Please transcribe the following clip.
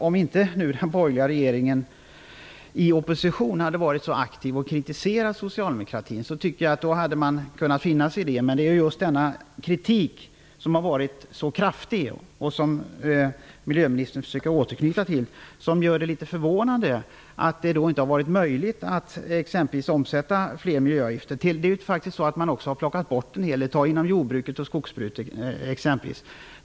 Om inte de borgerliga i opposition hade varit så aktiva och kritiserat socialdemokratin, tycker jag att man hade kunnat finna sig i detta, men denna kraftiga kritik, som miljöministern också försöker återknyta till, gör det litet förvånande att det inte varit möjligt t.ex. att sätta in fler miljöavgifter. Man har faktiskt också avskaffat en hel del sådana inom exempelvis jordbruket och skogsbruket.